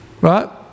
right